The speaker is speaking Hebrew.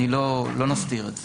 לא נסתיר את זה.